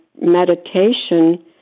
meditation